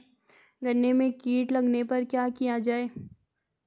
गन्ने में कीट लगने पर क्या किया जाये?